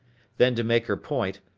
then to make her point,